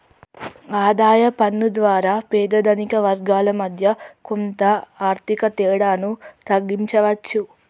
ఆదాయ పన్ను ద్వారా పేద ధనిక వర్గాల మధ్య కొంత ఆర్థిక తేడాను తగ్గించవచ్చు